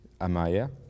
Amaya